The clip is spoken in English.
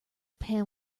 pan